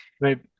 right